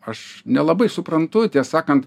aš nelabai suprantu tiesą sakant